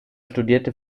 studierte